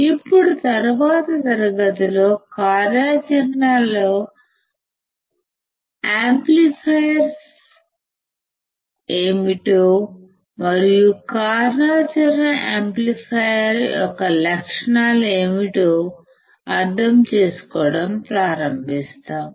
ఇప్పుడు తరువాతి తరగతిలో కార్యాచరణ యాంప్లిఫైయర్లు ఏమిటో మరియు కార్యాచరణ యాంప్లిఫైయర్ యొక్క లక్షణాలు ఏమిటో అర్థం చేసుకోవడం ప్రారంభిస్తాము